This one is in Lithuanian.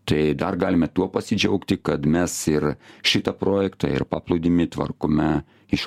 tai dar galime tuo pasidžiaugti kad mes ir šitą projektą ir paplūdimį tvarkome iš